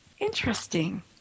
interesting